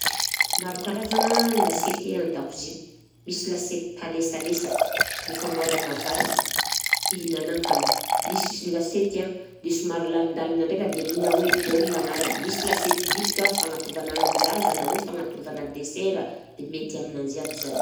Maro karazagna lasiety an-dakozia, misy lasiety talesalesaka dia famoarana vary dia ihinanan-kanina, misy isy lasiety, dia somary lalindaligna ndraika dia ny ina hoe bol agnarany, misy lasiety bitika fagnatovana hanin'ny zaza na hoe fagnatovana desera dia mety aminanzy aby zany.